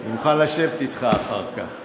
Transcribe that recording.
אני מוכן לשבת אתך אחר כך.